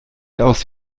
aus